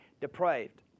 depraved